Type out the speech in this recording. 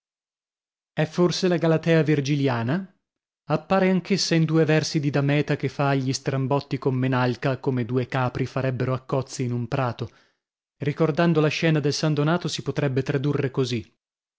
è forse la galatea virgiliana appare anch'essa in due versi di dameta che fa agli strambotti con menalca come due capri farebbero a cozzi in un prato ricordando la scena del san donato si potrebbe tradurre così